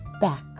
back